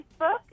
Facebook